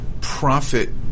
profit